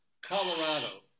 Colorado